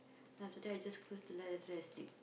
then after that I just close the light after I sleep